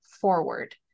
forward